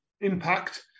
impact